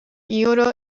euro